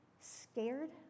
scared